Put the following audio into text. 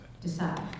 decide